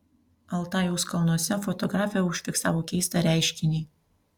altajaus kalnuose fotografė užfiksavo keistą reiškinį